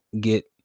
get